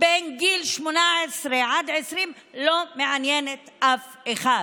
בגיל 18 20 לא מעניינת אף אחד